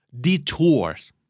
Detours